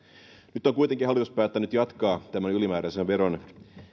nyt kuitenkin hallitus on päättänyt jatkaa tämän ylimääräisen veron